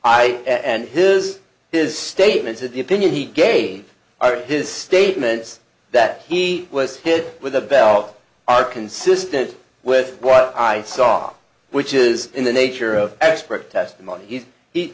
i and his his statements of the opinion he gave his statements that he was hit with a belt are consistent with what i saw which is in the nature of expert testimony he he